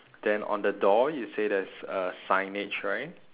then on the door you say there's a signage right